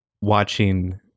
watching